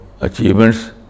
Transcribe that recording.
Achievements